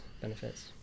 benefits